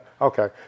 Okay